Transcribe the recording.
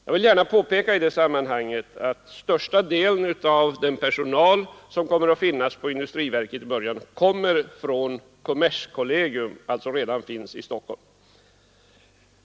Jag vill gärna i det sammanhanget påpeka att största delen av den personal som kommer att finnas på industriverket i början kommer från kommerskollegium och alltså redan finns i Stockholm.